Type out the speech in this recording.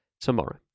tomorrow